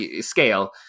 scale